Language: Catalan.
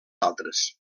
altres